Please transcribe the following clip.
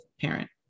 parent